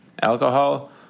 alcohol